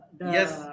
Yes